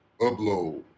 Upload